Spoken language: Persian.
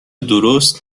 درست